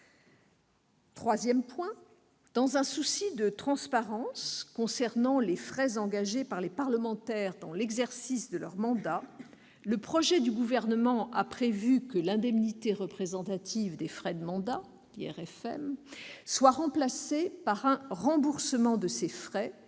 Troisième aspect, dans un souci de transparence concernant les frais engagés par les parlementaires dans l'exercice de leur mandat, le projet du Gouvernement a prévu que l'indemnité représentative de frais de mandat, l'IRFM, soit remplacée par un remboursement de ces frais,